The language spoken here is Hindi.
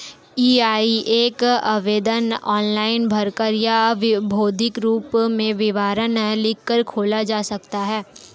ई.आई.ए का आवेदन ऑनलाइन भरकर या भौतिक रूप में विवरण लिखकर खोला जा सकता है